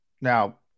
now